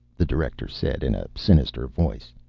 the director said in a sinister voice.